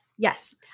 Yes